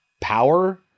power